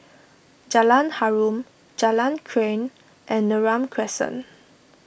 Jalan Harum Jalan Krian and Neram Crescent